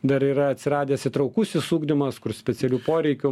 dar yra atsiradęs įtraukusis ugdymas kur specialių poreikių